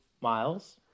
Miles